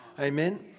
Amen